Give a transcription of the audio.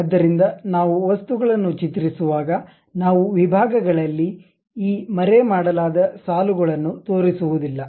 ಆದ್ದರಿಂದ ನಾವು ವಸ್ತುಗಳನ್ನು ಚಿತ್ರಿಸುವಾಗ ನಾವು ವಿಭಾಗಗಳಲ್ಲಿ ಈ ಮರೆಮಾಡಲಾದ ಸಾಲುಗಳನ್ನು ತೋರಿಸುವುದಿಲ್ಲ